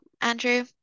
Andrew